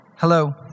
Hello